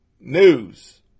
news